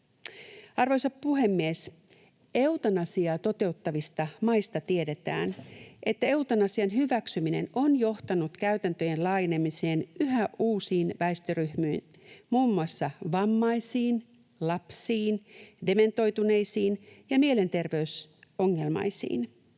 Arvoisa puhemies! Eutanasiaa toteuttavista maista tiedetään, että eutanasian hyväksyminen on johtanut käytäntöjen laajenemiseen yhä uusiin väestöryhmiin, muun muassa vammaisiin, lapsiin, dementoituneisiin ja mielenterveysongelmaisiin.